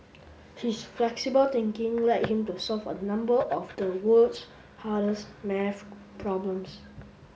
his flexible thinking led him to solve a number of the world's hardest maths problems